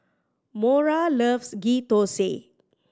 Mora loves Ghee Thosai